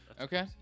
Okay